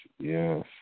Yes